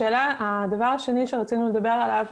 הדבר השני שרצינו לדבר עליו.